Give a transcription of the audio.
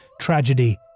tragedy